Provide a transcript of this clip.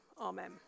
Amen